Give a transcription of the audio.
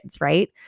Right